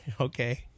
Okay